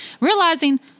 realizing